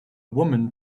woman